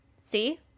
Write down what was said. See